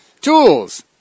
Tools